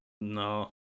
No